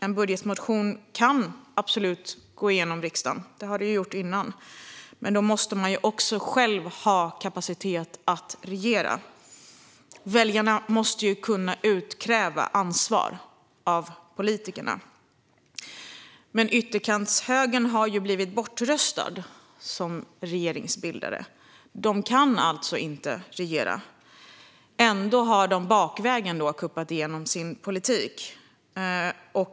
En budgetmotion kan absolut gå igenom riksdagen; det har hänt tidigare. Men då måste man själv ha kapacitet att regera. Väljarna måste kunna utkräva ansvar av politikerna. Men ytterkantshögern har blivit bortröstad som regeringsbildare och kan inte regera. Ändå har de bakvägen kuppat igenom sin politik.